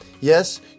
Yes